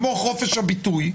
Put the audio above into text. כמו חופש הביטוי,